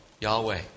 Yahweh